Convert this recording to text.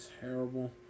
terrible